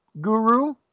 guru